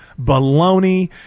baloney